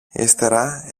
ύστερα